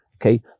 Okay